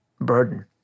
burden